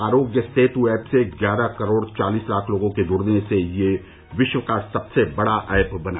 Aarogya Setu app से ग्यारह करोड़ चालीस लाख लोगों के जुड़ने से यह विश्व का सबसे बड़ा ऐप बना